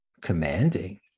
commanding